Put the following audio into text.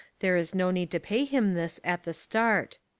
there is no need to pay him this at the start.